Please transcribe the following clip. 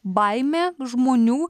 baimė žmonių